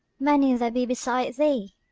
many there be beside thee.